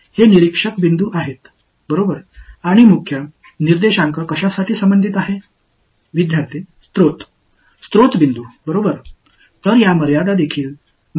மாணவர்ஆதாரம் ஆதாரம் சுட்டிக்காட்டுகிறது எனவே அவை வரம்புகளின் ஒருங்கிணைப்பு மாறுபாடு என்பதையும் நான் குறிக்கிறேன்